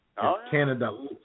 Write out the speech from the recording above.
Canada